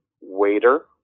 waiter